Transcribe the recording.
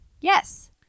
Yes